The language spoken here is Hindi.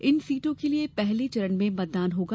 इन सीटों के लिए पहले चरण में मतदान होगा